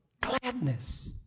gladness